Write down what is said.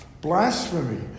blasphemy